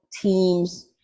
teams –